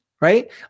right